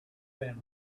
been